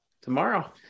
Tomorrow